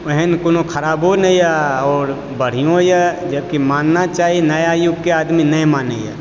ओहन कोनो खराबो नहिए आओर बढिओए जेकि मानना चाही नया युगके आदमी नहि मानयए